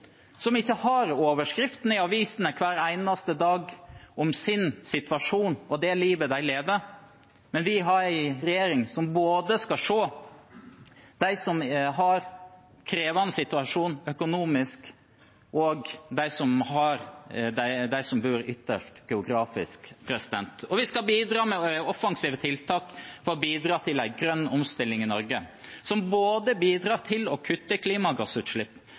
som ikke har overskrifter i avisene hver eneste dag om sin situasjon og det livet de lever. Vi har en regjering som skal se både dem som har en krevende situasjon økonomisk, og dem som bor ytterst geografisk. Vi skal bidra med offensive tiltak for å bidra til en grønn omstilling i Norge, som både bidrar til å kutte klimagassutslipp,